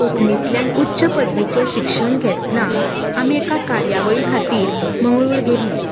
कोंकणींतल्यान उच्च पदवीचें शिक्षण घेतना आमी एका कार्यावळी खातीर मंगळूर गेल्लीं